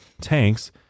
tanks